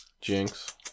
Jinx